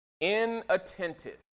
inattentive